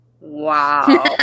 Wow